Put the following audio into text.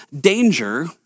danger